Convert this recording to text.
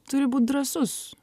turi būt drąsus